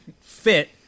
fit